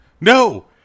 no